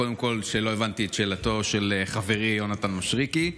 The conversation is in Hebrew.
קודם כול לא הבנתי את שאלתו של חברי יונתן מישרקי,